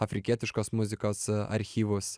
afrikietiškos muzikos archyvus